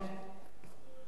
הצעות האי-אמון,